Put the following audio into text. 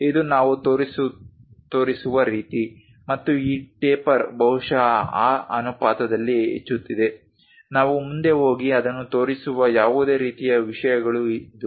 ಇದು ನಾವು ತೋರಿಸುವ ರೀತಿ ಮತ್ತು ಈ ಟೇಪರ್ ಬಹುಶಃ ಆ ಅನುಪಾತದಲ್ಲಿ ಹೆಚ್ಚುತ್ತಿದೆ ನಾವು ಮುಂದೆ ಹೋಗಿ ಅದನ್ನು ತೋರಿಸುವ ಯಾವುದೇ ರೀತಿಯ ವಿಷಯಗಳು ಇದು